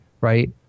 right